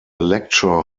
lecture